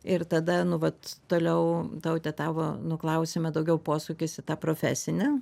ir tada nu vat toliau taute tavo nu klausime daugiau posūkis į tą profesinę